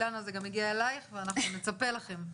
אילנה, זה גם יגיע אלייך ואנחנו נצפה לכם.